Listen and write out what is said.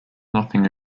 nothing